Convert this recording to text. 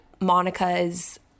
Monica's